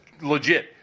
legit